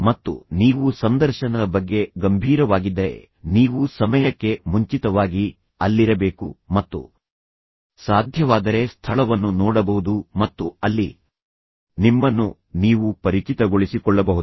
ಮತ್ತು ನೀವು ಸಂದರ್ಶನದ ಬಗ್ಗೆ ಗಂಭೀರವಾಗಿದ್ದರೆ ನೀವು ಸಮಯಕ್ಕೆ ಮುಂಚಿತವಾಗಿ ಅಲ್ಲಿರಬೇಕು ಮತ್ತು ಸಾಧ್ಯವಾದರೆ ಸ್ಥಳವನ್ನು ನೋಡಬಹುದು ಮತ್ತು ಅಲ್ಲಿ ನಿಮ್ಮನ್ನು ನೀವು ಪರಿಚಿತಗೊಳಿಸಿಕೊಳ್ಳಬಹುದು